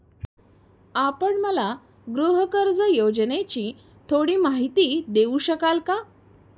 आपण मला गृहकर्ज योजनेची थोडी माहिती देऊ शकाल का?